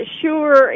sure